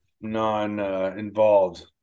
Non-involved